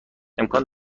امکان